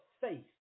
faith